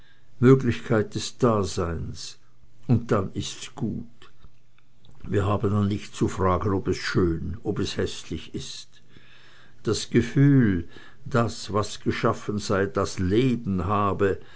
möglichkeit des daseins und dann ist's gut wir haben dann nicht zu fragen ob es schön ob es häßlich ist das gefühl daß was geschaffen sei leben habe